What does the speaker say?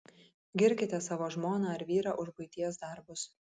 girkite savo žmoną ar vyrą už buities darbus